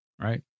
right